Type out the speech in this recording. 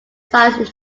sites